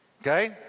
Okay